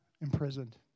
imprisoned